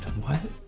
what?